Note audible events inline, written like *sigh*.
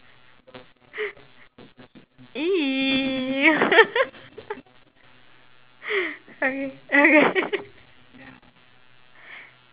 !ee! *laughs* okay okay